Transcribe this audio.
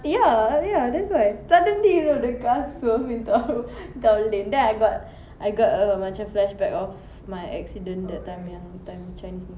ya ya that's why suddenly you know the car swerve into our into our lane then I got I got a macam flashback of my accident that time yang time chinese new year